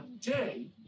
day